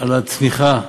על הצמיחה,